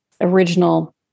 original